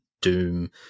doom